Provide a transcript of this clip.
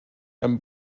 and